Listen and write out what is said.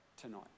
tonight